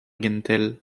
gentel